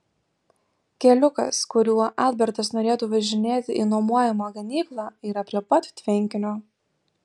keliukas kuriuo albertas norėtų važinėti į nuomojamą ganyklą yra prie pat tvenkinio